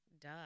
Duh